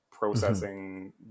processing